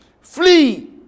Flee